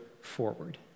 forward